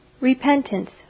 Repentance